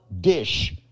dish